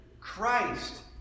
Christ